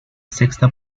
sexta